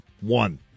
One